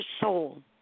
soul